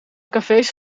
cafés